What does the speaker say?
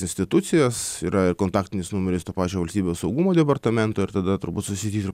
institucijas yra kontaktinis numeris to pačio valstybės saugumo departamento ir tada turbūt susitikti ir